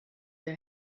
der